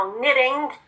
knitting